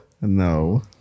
No